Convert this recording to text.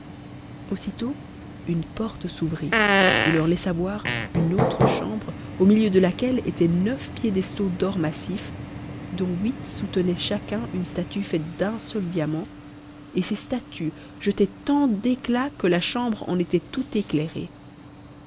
aussitôt une porte s'ouvrit et leur laissa voir une autre chambre au milieu de laquelle étaient neuf piédestaux d'or massif dont huit soutenaient chacun une statue faite d'un seul diamant et ces statues jetaient tant d'éclat que la chambre en était toute éclairée